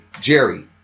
Jerry